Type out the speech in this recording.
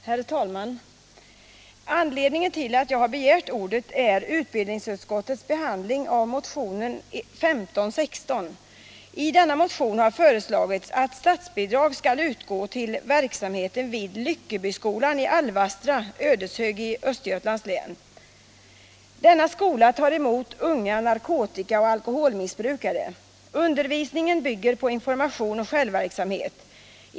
Herr talman! Anledningen till att jag har begärt ordet är utbildningsutskottets behandling av motionen 1516. I denna motion har föreslagits att statsbidrag skall utgå till verksamheten vid Lyckeboskolan i Alvastra, Ödeshög i Östergötlands län. Denna skola tar emot unga narkotika och alkoholmissbrukare. Undervisningen bygger på information och självverksamhet.